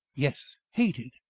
yes. hated?